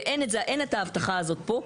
ואין את זה, אין את ההבטחה הזאת פה.